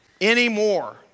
anymore